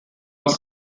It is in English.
was